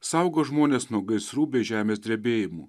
saugo žmones nuo gaisrų bei žemės drebėjimų